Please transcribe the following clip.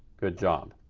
good job.